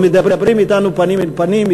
ומדברים אתנו פנים אל פנים,